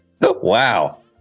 Wow